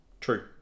True